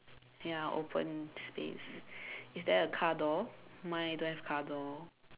ya open space is there a car door mine don't have car door